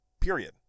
period